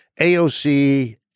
AOC